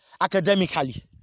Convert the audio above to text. academically